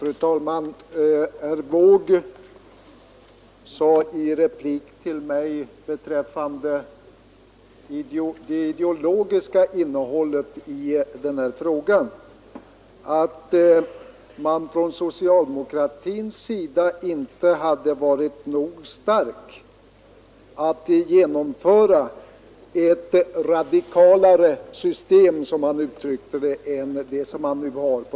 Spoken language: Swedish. Fru talman! Herr Wååg sade i en replik till mig beträffande det ideologiska innehållet i den här frågan att socialdemokratin inte har varit nog stark att genomföra ett radikalare system på detta område än det som vi nu har.